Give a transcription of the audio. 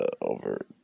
over